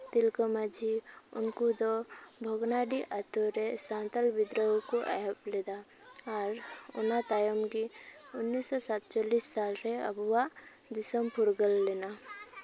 ᱛᱤᱞᱠᱟᱹ ᱢᱟᱹᱡᱷᱤ ᱩᱱᱠᱩ ᱫᱚ ᱵᱷᱚᱜᱽᱱᱟᱰᱤ ᱟᱹᱛᱩ ᱥᱟᱱᱛᱟᱞ ᱵᱤᱫᱽᱨᱳᱦᱚ ᱠᱚ ᱮᱦᱚᱵ ᱞᱮᱫᱟ ᱟᱨ ᱚᱱᱟ ᱛᱟᱭᱚᱢ ᱜᱮ ᱩᱱᱤᱥᱥᱚ ᱥᱟᱛᱪᱚᱞᱞᱤᱥ ᱥᱟᱞᱨᱮ ᱟᱵᱚᱣᱟᱜ ᱫᱤᱥᱚᱢ ᱯᱷᱩᱨᱜᱟᱹᱞ ᱞᱮᱱᱟ